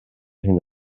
hyn